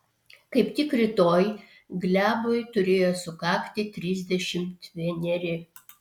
kaip tik rytoj glebui turėjo sukakti trisdešimt vieneri